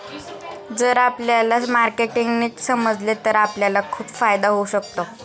जर आपल्याला मार्केटिंग नीट समजले तर आपल्याला खूप फायदा होऊ शकतो